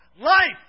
life